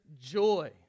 joy